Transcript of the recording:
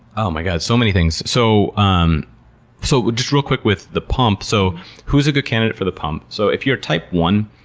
oh, my god. so many things. so um so, just real quick with the pump. so who's a good candidate for the pump? so if you're type one,